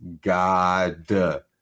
god